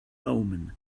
omen